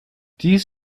dies